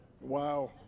Wow